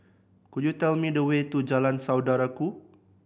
could you tell me the way to Jalan Saudara Ku